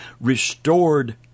restored